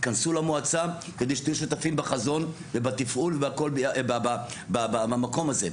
כנסו למועצה כדי שתהיו שותפים בחזון ובתפעול ובמקום הזה.